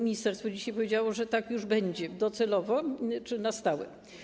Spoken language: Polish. Ministerstwo dzisiaj powiedziało, że tak już będzie docelowo, na stałe.